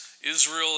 Israel